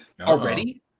Already